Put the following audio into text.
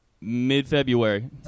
Mid-February